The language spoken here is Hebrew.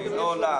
והיא לא עולה,